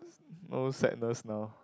no sadness now